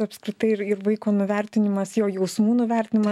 apskritai ir ir vaiko nuvertinimas jo jausmų nuvertinimas